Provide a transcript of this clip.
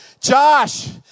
Josh